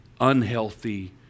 unhealthy